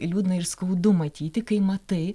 liūdna ir skaudu matyti kai matai